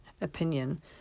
opinion